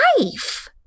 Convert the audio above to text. life